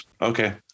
Okay